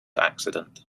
accident